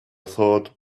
thought